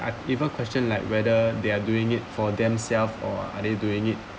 I even question like whether they are doing it for themselves or are they doing it